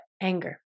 anger